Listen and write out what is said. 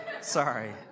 Sorry